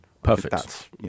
Perfect